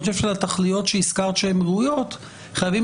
אני חושב שלתכליות שהזכרת שהן ראויות חייבים